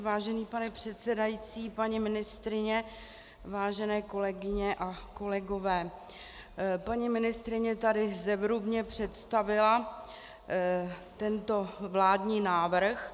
Vážený pane předsedající, paní ministryně, vážené kolegyně a kolegové, paní ministryně tady zevrubně představila tento vládní návrh.